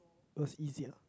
it was easier